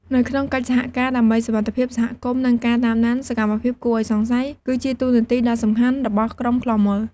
នៅក្នុងកិច្ចសហការដើម្បីសុវត្ថិភាពសហគមន៍ ការតាមដានសកម្មភាពគួរឱ្យសង្ស័យ គឺជាតួនាទីដ៏សំខាន់របស់ក្រុមឃ្លាំមើល។